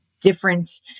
different